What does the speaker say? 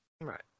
Right